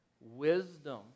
Wisdom